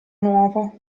nuovo